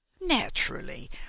naturally